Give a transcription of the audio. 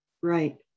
right